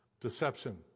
deception